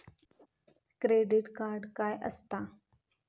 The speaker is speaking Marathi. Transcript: क्रेडिट कार्ड काय असता?